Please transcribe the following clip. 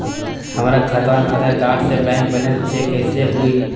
हमरा खाता में आधार कार्ड से बैंक बैलेंस चेक कैसे हुई?